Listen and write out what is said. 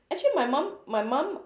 actually my mum my mum